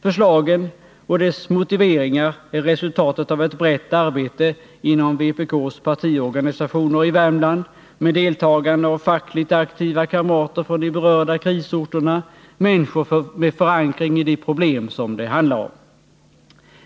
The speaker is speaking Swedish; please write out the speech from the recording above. Förslagen och motiveringarna är resultatet av ett brett arbete inom vpk:s partiorganisationer i Värmland, med deltagande av fackligt aktiva kamrater från de berörda krisorterna, människor med förankring i de problem som det handlar om.